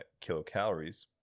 kilocalories